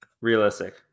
Realistic